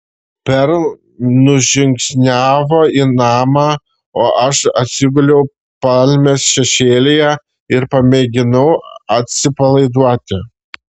perl nužingsniavo į namą o aš atsiguliau palmės šešėlyje ir pamėginau atsipalaiduoti